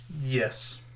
Yes